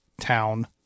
town